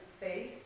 space